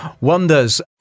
wonders